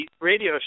radio